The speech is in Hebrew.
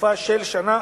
לתקופה של שנה,